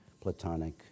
Platonic